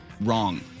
wrong